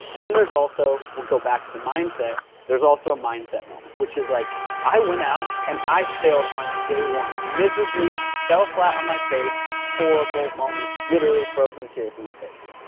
and then there's also, we'll go back to the mindset, there's also a mindset moment, which is like i i went out and i failed on day one, miserably fell flat on my face, horrible moment, literally frozen tears on my face.